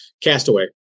castaway